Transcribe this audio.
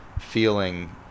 feeling